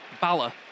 Bala